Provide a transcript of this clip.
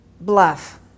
bluff